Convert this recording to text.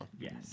Yes